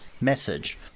message